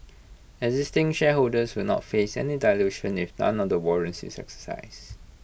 existing shareholders will not face any dilution if none of the warrants is exercised